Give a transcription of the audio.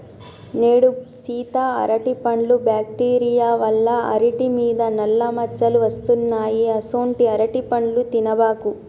నేడు సీత అరటిపండ్లు బ్యాక్టీరియా వల్ల అరిటి మీద నల్ల మచ్చలు వస్తున్నాయి అసొంటీ అరటిపండ్లు తినబాకు